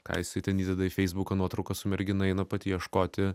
ką jisai ten įdeda į feisbuką nuotrauką su mergina eina pati ieškoti